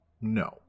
no